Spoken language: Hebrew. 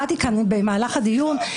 הפיכה.